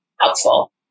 helpful